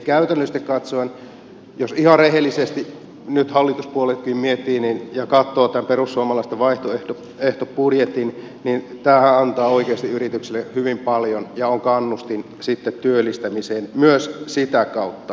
käytännöllisesti katsoen jos ihan rehellisesti nyt hallituspuolueetkin miettivät ja katsovat tämän perussuomalaisten vaihtoehtobudjetin tämähän antaa oikeasti yrityksille hyvin paljon ja on kannustin sitten työllistämiseen myös sitä kautta